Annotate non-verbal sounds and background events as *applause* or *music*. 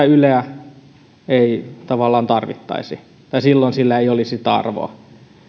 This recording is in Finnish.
*unintelligible* yleä ei tavallaan tarvittaisi tai silloin sillä ei olisi sitä arvoa